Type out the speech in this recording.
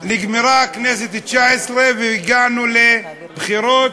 הכנסת התשע-עשרה, הגענו לבחירות,